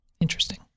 Interesting